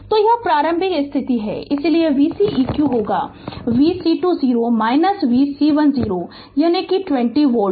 तो यह प्रारंभिक स्थिति है इसलिए v c eq होगा v C2 0 v C1 0 यानी 20 वोल्ट